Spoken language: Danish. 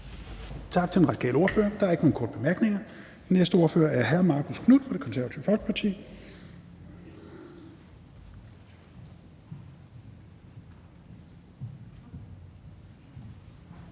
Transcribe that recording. tak til Enhedslistens ordfører. Der er ikke nogen korte bemærkninger. Den næste ordfører er hr. Marcus Knuth fra Det Konservative Folkeparti.